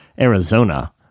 Arizona